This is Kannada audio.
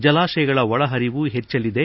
ಜಲಾಶಯಗಳ ಒಳಪರಿವು ಹೆಚ್ಚಲಿದೆ